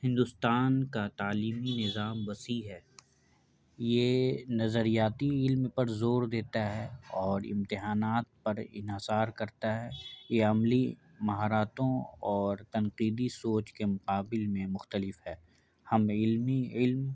ہندوستان کا تعلیمی نظام وسیع ہے یہ نظریاتی علم پر زور دیتا ہے اور امتحانات پر انحصار کرتا ہے یہ عملی مہارتوں اور تنقیدی سوچ کے مقابل میں مختلف ہے ہم علمی علم